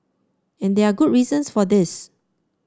and there are good reasons for this